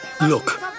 Look